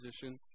position